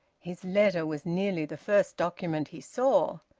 his letter was nearly the first document he saw.